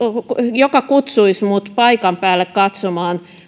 joka kutsuisi minut paikan päälle katsomaan